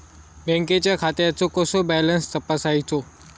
बँकेच्या खात्याचो कसो बॅलन्स तपासायचो?